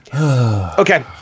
Okay